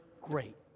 great